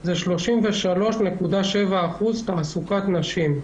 הם על 33.7% תעסוקת נשים.